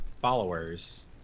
followers